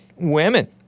women